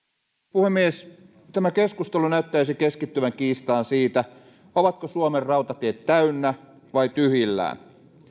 puhemies tämä keskustelu näyttäisi keskittyvän kiistaan siitä ovatko suomen rautatiet täynnä vai tyhjillään